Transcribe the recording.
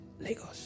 Lagos